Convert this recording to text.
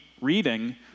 reading